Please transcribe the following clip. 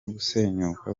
gusenyuka